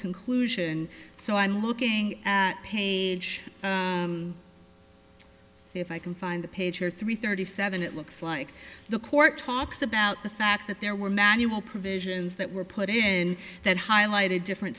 conclusion so i'm looking at page see if i can find the page here three thirty seven it looks like the court talks about the fact that there were manual provisions that were put in that highlighted different